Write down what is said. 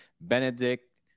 Benedict